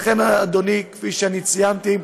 לכן, אדוני, כפי שציינתי,